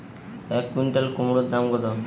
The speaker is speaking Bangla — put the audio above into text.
এক কুইন্টাল কুমোড় দাম কত?